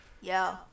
Yo